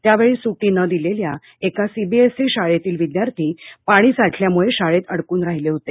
त्यावेळी सुटी न दिलेल्या एका सीबीएसई शाळेतील विद्यार्थी पाणी साठल्यामुळे शाळेत अडकून राहिले होते